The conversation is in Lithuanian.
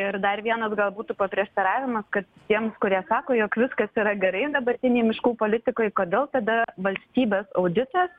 ir dar vienas gal būtų paprieštaravimas kad tiems kurie sako jog viskas yra gerai dabartinėj miškų politikoj kodėl tada valstybės auditas